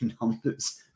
numbers